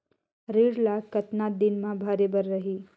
ऋण ला कतना दिन मा भरे बर रही?